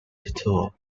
detour